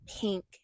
pink